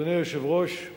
אדוני היושב-ראש,